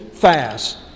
fast